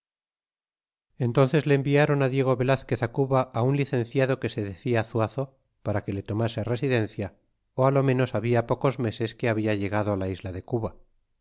entónces le environ al diego velazquip cuba un licenciado que se decía zuazo para que le tomase residencia ó lo menos habla pocos meses que habla llegado la isla de cuba